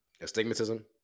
Astigmatism